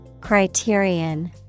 Criterion